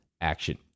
action